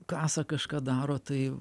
kasa kažką daro tai